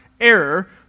error